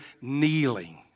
kneeling